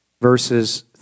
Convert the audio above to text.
verses